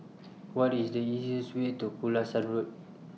What IS The easiest Way to Pulasan Road